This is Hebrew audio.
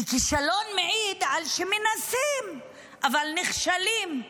כי כישלון מעיד על שמנסים, אבל נכשלים,